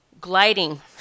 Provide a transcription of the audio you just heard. gliding